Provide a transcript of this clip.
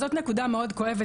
זאת נקודה מאוד כואבת.